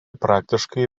praktiškai